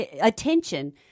attention